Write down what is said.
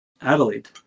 Adelaide